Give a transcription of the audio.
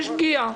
יש פגיעה.